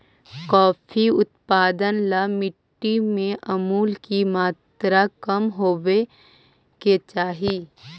coffee उत्पादन ला मिट्टी में अमूल की मात्रा कम होवे के चाही